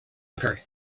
occurred